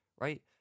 right